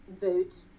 vote